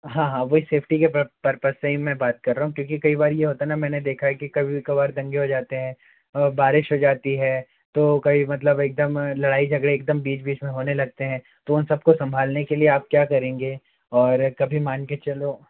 हाँ हाँ वही सेफ्टी के पर पर्पस से ही मैं बात कर रहा हूँ क्योंकि कई बार ये होता है ना मैंने देखा है कि कभी कभार दंगे हो जातें हैं और बारिश हो जाती है तो कभी मतलब एक दम लड़ाई झगड़े एक दम बीच बीच में होने लगते हैं तो उन सब को संभालने के लिए आप क्या करेंगे और कभी मान के चलो